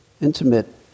Intimate